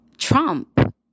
Trump